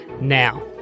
Now